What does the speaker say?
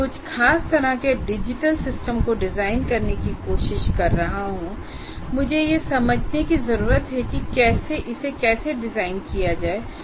मैं कुछ खास तरह के डिजिटल सिस्टम को डिजाइन करने की कोशिश कर रहा हूं और मुझे यह समझने की जरूरत है कि इसे कैसे डिजाइन किया जाए